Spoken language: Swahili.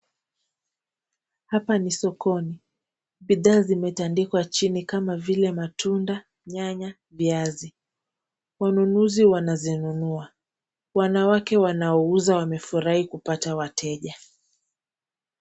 Hapa ni sokoni, bidhaa zimetandikwa chini kama vile matunda, nyanya, viazi. Wanunuzi wanazinunua, wanawake wanaouza wamefurahi kupata wateja.